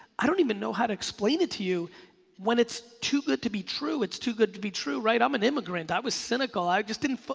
i don't even know how to explain it to you when it's too good to be true, it's too good to be true, right, i'm an immigrant. i was cynical, i just didn't,